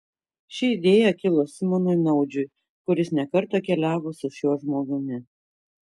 ši idėja kilo simonui naudžiui kuris ne kartą keliavo su šiuo žmogumi